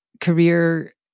career